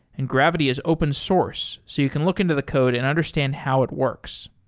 and gravity is open source so you can look into the code and understand how it works.